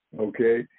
okay